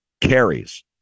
carries